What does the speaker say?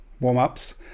warm-ups